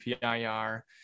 PIR